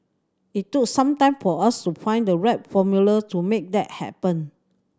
it took some time for us to find the right formula to make that happen